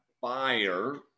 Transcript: buyer